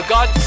God